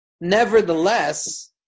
Nevertheless